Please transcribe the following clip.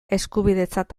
eskubidetzat